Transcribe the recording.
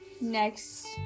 next